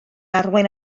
arwain